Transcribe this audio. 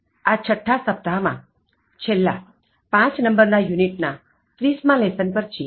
આ છઠ્ઠા સપ્તાહ માં છેલ્લા પાંચ નંબર ના યુનિટ ના 30 માં લેસન પર છીએ